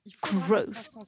growth